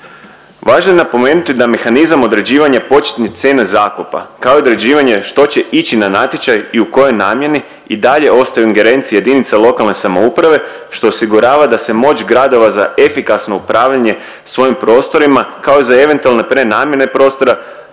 Važno je napomenuti da mehanizam određivanja početnih cijena zakupa kao i određivanje što će ići na natječaj i u koje namjene i dalje ostaju u ingerenciji jedinica lokalne samouprave što osigurava da se moć gradova za efikasno upravljanje svojim prostorima kao i za eventualne prenamjene prostora